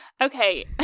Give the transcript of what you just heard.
Okay